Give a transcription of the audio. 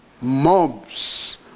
mobs